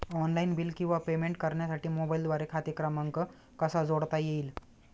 Online bill किंवा payment करण्यासाठी मोबाईलद्वारे खाते क्रमांक कसा जोडता येईल?